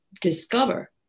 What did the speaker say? discover